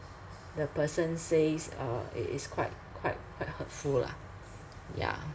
the person says uh it is quite quite quite hurtful lah yeah